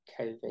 covid